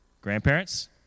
Grandparents